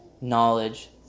knowledge